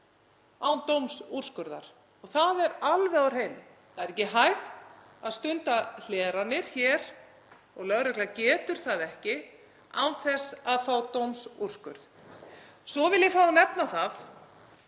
án dómsúrskurðar. Það er alveg á hreinu. Það er ekki hægt að stunda hleranir hér og lögregla getur það ekki án þess að fá dómsúrskurð. Svo vil ég fá að nefna það